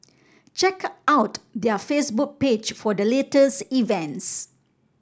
check out their Facebook page for the latest events